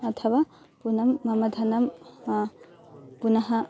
अथवा पुनः मम धनं पुनः